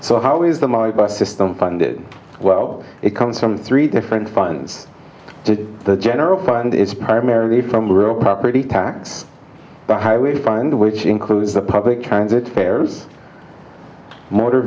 so how is the my bus system funded well it comes from three different funds that the general fund is primarily from real property tax the highway fund which includes a public transit fares motor